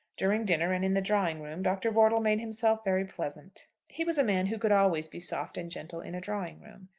during dinner and in the drawing-room dr. wortle made himself very pleasant. he was a man who could always be soft and gentle in a drawing-room.